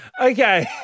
Okay